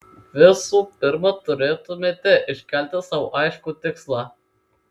visų pirma turėtumėte iškelti sau aiškų tikslą